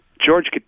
George